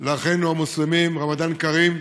לאחינו המוסלמים: רמדאן כרים,